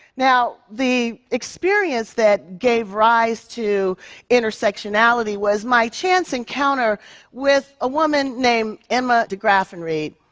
now the experience that gave rise to intersectionality was my chance encounter with a woman named emma degraffenreid.